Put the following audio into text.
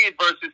versus